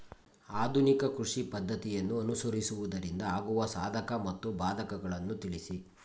ಆಧುನಿಕ ಕೃಷಿ ಪದ್ದತಿಯನ್ನು ಅನುಸರಿಸುವುದರಿಂದ ಆಗುವ ಸಾಧಕ ಮತ್ತು ಬಾಧಕಗಳನ್ನು ತಿಳಿಸಿ?